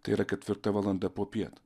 tai yra ketvirta valanda popiet